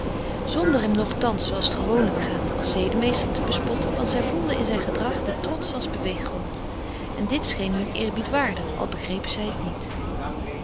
zonder hem nogtans zooals t gewoonlijk gaat als zedemeester te bespotten want zij voelden in zijn gedrag den trots als beweeggrond en dit scheen hun eerbiedwaardig al begrepen zij t niet